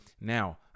Now